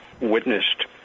witnessed